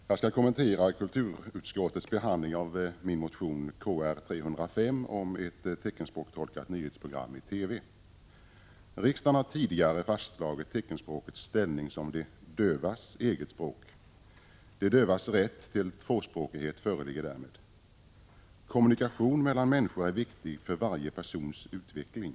Herr talman! Jag skall kommentera kulturutskottets behandling av min motion Kr305 om ett teckenspråkstolkat nyhetsprogram i TV. Riksdagen har tidigare fastslagit teckenspråkets ställning som de dövas eget språk. De dövas rätt till tvåspråkighet föreligger därmed. Kommunikation mellan människor är viktig för varje persons utveckling.